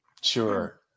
Sure